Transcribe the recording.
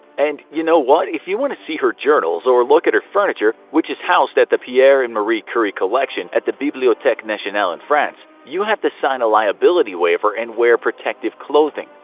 and you know what, if you want to see her journals or look at her furniture which is housed at the pierre and marie curie collection at the bibliotheque nationale in france, you have to sign a liability waiver and wear protective clothing.